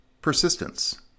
persistence